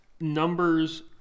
numbers